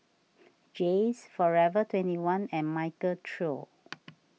Jays forever twenty one and Michael Trio